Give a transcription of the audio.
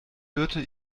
birte